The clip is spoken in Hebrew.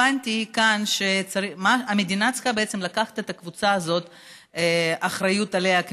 הבנתי שהמדינה צריכה בעצם לקחת כאן אחריות על הקבוצה הזאת,